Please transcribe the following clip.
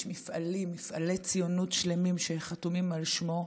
יש מפעלים, מפעלי ציונות שלמים שחתומים על שמו,